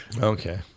okay